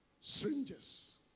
strangers